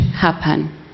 happen